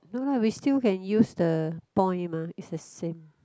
no lah we still can use the point mah is the same